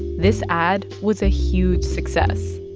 this ad was a huge success.